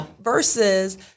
versus